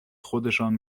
خودشان